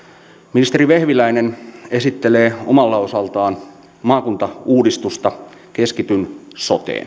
ministeri vehviläinen esittelee omalta osaltaan maakuntauudistusta keskityn soteen